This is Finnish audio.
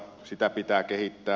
sitä pitää kehittää